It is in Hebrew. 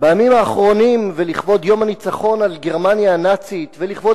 בימים האחרונים ולכבוד יום הניצחון על גרמניה הנאצית ולכבוד